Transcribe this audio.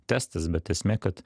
testas bet esmė kad